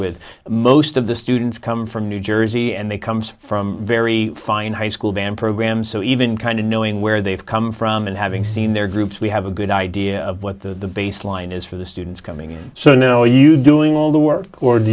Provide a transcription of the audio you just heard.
with most of the students come from new jersey and they comes from very fine high school band programs so even kind of knowing where they've come from and having seen their groups we have a good idea of what the baseline is for the students coming in so know you doing all the work or do